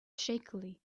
shakily